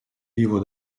livres